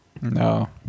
no